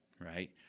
right